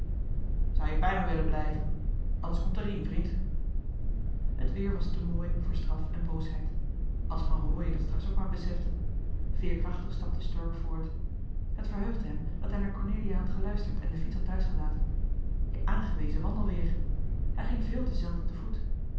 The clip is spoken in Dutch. zou je bij me willen blijven anders komt de riem vriend het weêr was te mooi voor straf en boosheid als van rooien dat straks ook maar besefte veerkrachtig stapte stork voort het verheugde hem dat hij naar cornelia geluisterd en de fiets had thuisgelaten je aangewezen wandelweêr hij ging veel te zelden te voet